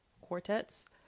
quartets